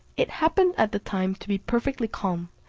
it happened at the time to be perfectly calm,